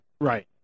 Right